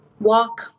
walk